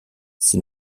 ces